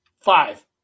Five